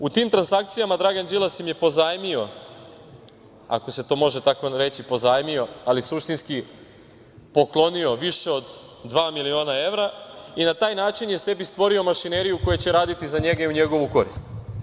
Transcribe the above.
U tim transakcijama Dragan Đilas im je pozajmio, ako se to može tako reći, pozajmio, ali suštinski poklonio više od dva miliona evra i na taj način je sebi stvorio mašineriju koja će raditi za njega i u njegovu korist.